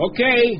Okay